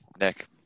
nick